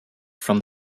from